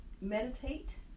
meditate